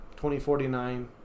2049